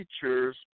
features